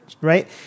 right